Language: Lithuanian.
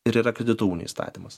ir yra kredito unijų įstatymas